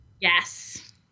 Yes